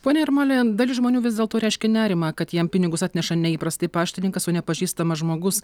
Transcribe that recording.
pone jarmali dalis žmonių vis dėlto reiškė nerimą kad jiem pinigus atneša neįprastai paštininkas nepažįstamas žmogus